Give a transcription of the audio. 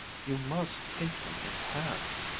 you must take him in hand!